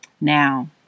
Now